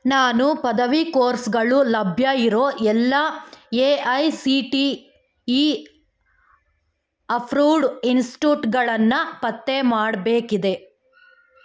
ನಾನು ಪದವಿ ಕೋರ್ಸ್ಗಳು ಲಭ್ಯ ಇರೋ ಎಲ್ಲ A I C T E approved ಇನ್ಸ್ಟ್ಯೂಟ್ಗಳನ್ನು ಪತ್ತೆ ಮಾಡಬೇಕಿದೆ